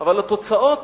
אבל התוצאות